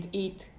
eat